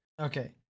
Okay